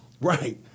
Right